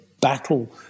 battle